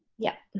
yeah.